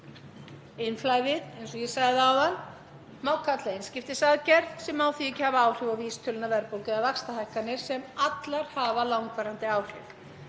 Innflæðið, eins og ég sagði áðan, má kalla einskiptisaðgerð sem á því ekki hafa áhrif á vísitöluna, verðbólgu eða vaxtahækkanir sem allar hafa langvarandi áhrif.